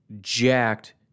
jacked